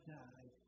die